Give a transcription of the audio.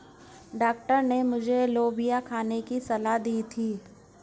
doctor ने मुझे लोबिया खाने की सलाह दी थी